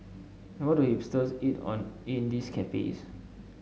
how do hipsters eat on in these cafes